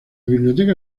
biblioteca